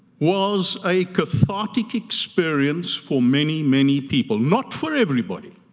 was a cathartic experience for many, many people, not for everybody,